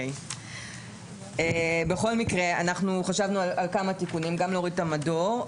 חשבנו גם להוריד את המדור.